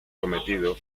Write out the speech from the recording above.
cometido